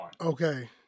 Okay